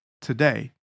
today